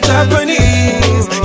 Japanese